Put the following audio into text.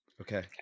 Okay